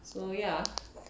so ya